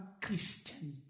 Christianity